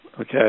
Okay